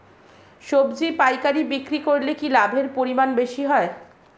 সবজি পাইকারি বিক্রি করলে কি লাভের পরিমাণ বেশি হয়?